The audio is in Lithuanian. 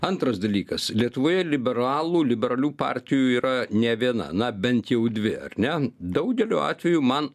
antras dalykas lietuvoje liberalų liberalių partijų yra ne viena na bent jau dvi ar ne daugeliu atveju man